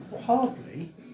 Hardly